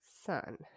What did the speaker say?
son